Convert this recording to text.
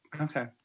Okay